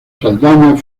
saldaña